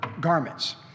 garments